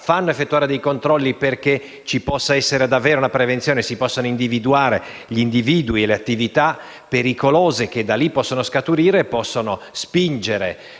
fanno effettuare dei controlli perché ci possa essere davvero la prevenzione e si possano individuare i soggetti e le attività pericolose che da lì possono scaturire e spingere